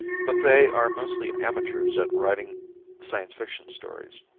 but they are mostly amateurs at writing science fiction stories.